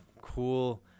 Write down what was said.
cool